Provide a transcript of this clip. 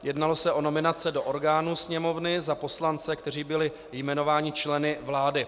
Jednalo se o nominace do orgánů Sněmovny za poslance, kteří byli jmenováni členy vlády.